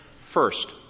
First